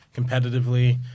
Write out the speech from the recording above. competitively